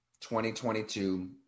2022